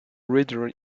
reader